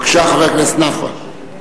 בבקשה, חבר הכנסת נפאע.